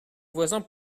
voisins